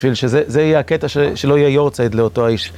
אפילו שזה יהיה הקטע שלא יהיה יורצייט לאותו האיש.